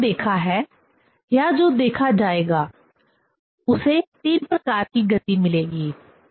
हमने जो देखा है या जो देखा जाएगा उसे तीन प्रकार की गति मिलेगी